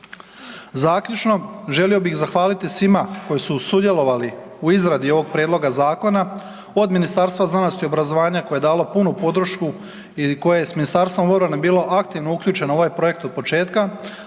Zaključno, želio bih zahvaliti svima koji su sudjelovali u izradi ovog prijedloga zakona od Ministarstva znanosti i obrazovanja koje je dalo punu podršku i koje je s Ministarstvom obrane bilo aktivno uključeno u ovaj projekt od početka